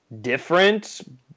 different